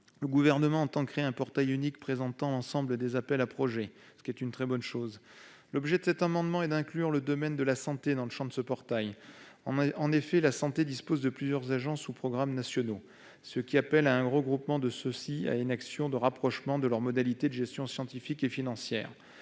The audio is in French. le Gouvernement entend créer un portail unique présentant l'ensemble des appels à projets, ce qui est une très bonne chose. Cet amendement a pour objet d'inclure le domaine de la santé dans le champ de ce portail. En effet, la santé dispose de plusieurs agences ou programmes nationaux, ce qui appelle à un regroupement sur un portail unique de ceux-ci et à une action de rapprochement de leurs modalités de gestion scientifiques et financières.